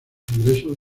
ingresos